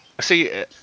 See